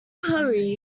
hurry